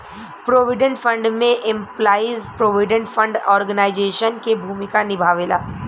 provident fund में employees provident fund organisation के भूमिका निभावेला